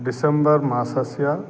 December मासस्य